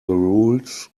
rules